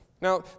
Now